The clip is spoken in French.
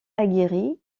aguerris